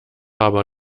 aber